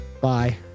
Bye